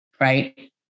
right